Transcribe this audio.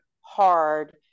hard